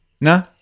No